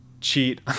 cheat